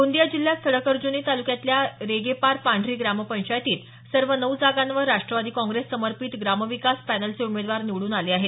गोंदीया जिल्ह्यात सडकअर्ज्नी तालुक्यातल्या रेगेपार पांढरी ग्रामपंचायतीत सर्व नऊ जागांवर राष्ट्रवादी काँग्रेस समर्पित ग्राम विकास पॅनलचे उमेदवार निवडून आले आहे